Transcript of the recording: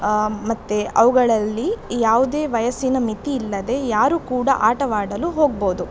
ಮತ್ತು ಅವುಗಳಲ್ಲಿ ಯಾವುದೇ ವಯಸ್ಸಿನ ಮಿತಿಯಿಲ್ಲದೇ ಯಾರು ಕೂಡ ಆಟವಾಡಲು ಹೋಗ್ಬೌದು